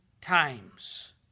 times